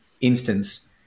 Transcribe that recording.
instance